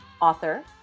author